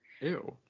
Ew